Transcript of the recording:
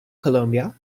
colombia